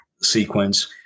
sequence